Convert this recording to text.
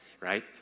right